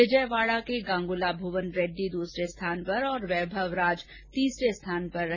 विजयवाड़ा के गांगुला भुवन रेड्डी दूसरे स्थान पर और वैभव राज तीसरे स्थान पर रहे